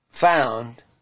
found